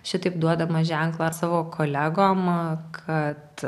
šitaip duodama ženklą savo kolegom kad